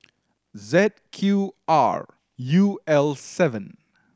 Z Q R U L seven